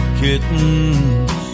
kittens